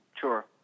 Sure